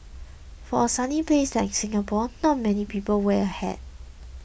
for a sunny place like Singapore not many people wear a hat